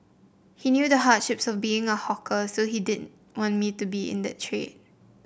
he knew the hardships of being a hawker so he didn't want me to be in the trade